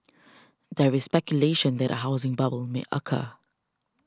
there is speculation that a housing bubble may occur